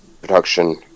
production